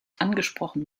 angesprochen